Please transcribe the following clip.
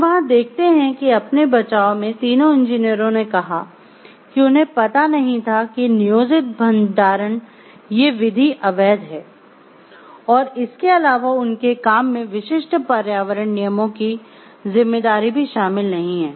हम वहां देखते हैं कि अपने बचाव में तीनों इंजीनियरों ने कहा कि उन्हें पता नहीं था कि नियोजित भंडारण ये विधि अवैध हैं और इसके अलावा उनके काम में विशिष्ट पर्यावरण नियमों की जिम्मेदारी भी शामिल नहीं है